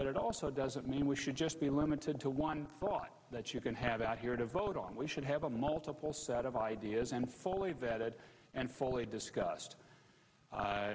but it also doesn't mean we should just be limited to one thought that you can have out here to vote on we should have a multiple set of ideas and fully vetted and fully discussed